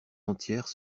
entière